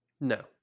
no